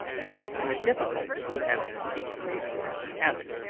thus, in a difficulty he has to seek resource in habit.